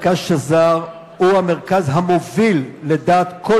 מרכז שזר הוא המרכז המוביל לדעת כל